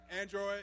Android